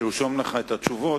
תרשום לך את התשובות,